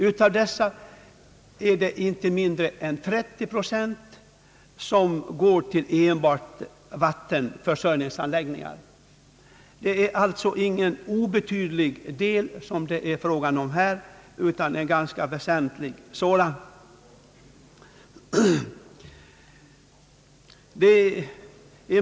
Därav går inte mindre än 30 procent enbart till vattenförsörjningsanläggningar. Det är alltså här icke fråga om någon obetydlig del utan en ganska väsentlig.